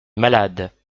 malades